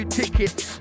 tickets